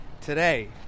Today